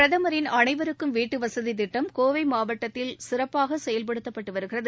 பிரதமரின் அனைவருக்கும் வீட்டுவசதித் திட்டம் கோவைமாவட்டத்தில் சிறப்பாகசெயல்படுத்தப்பட்டுவருகிறது